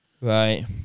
right